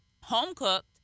home-cooked